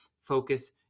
focus